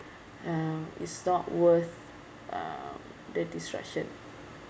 um it's not worth um the destruction